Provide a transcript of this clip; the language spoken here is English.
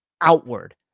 outward